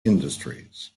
industries